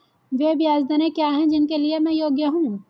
वे ब्याज दरें क्या हैं जिनके लिए मैं योग्य हूँ?